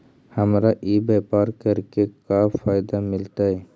हमरा ई व्यापार करके का फायदा मिलतइ?